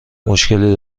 مشکلی